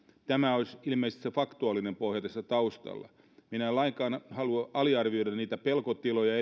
tämä olisi ilmeisesti se faktuaalinen pohja tässä taustalla minä en lainkaan halua aliarvioida niitä pelkotiloja